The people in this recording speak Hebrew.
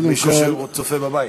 וכל מי שיושב או צופה בבית.